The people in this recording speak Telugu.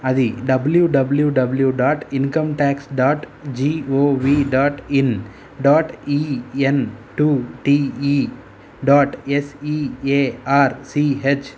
అది డబ్ల్యూడబ్ల్యూడబ్ల్యూ dot income tax dot gov dot in dot EN two TE dot SEARCH